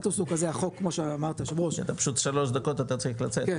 אתה פשוט שלוש דקות אתה צריך לצאת,